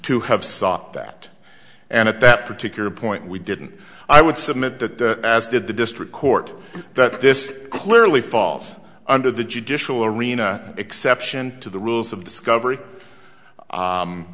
to have sought that and at that particular point we didn't i would submit that as did the district court that this clearly falls under the judicial arena exception to the rules of discovery